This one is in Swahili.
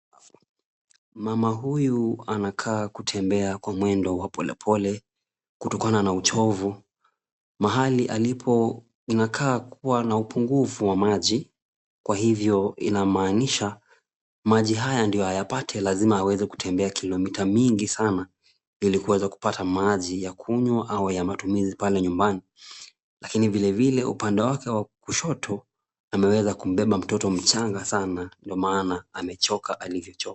Mama huyu anakaa kutembea kwa mwendo wa polepole kutokana na uchovu. Mahali alipo inakaa kuwa na upungufu wa maji, kwa hivyo inamaanisha maji haya ndio ayapate lazima aweze kutembea kilomita mingi sana ili kuweza kupata maji ya kunywa au ya matumizi pale nyumbani. Lakini vilevile upande wake wa kushoto ameweza kumbeba mtoto mchanga sana ndio maana amechoka alivyochoka.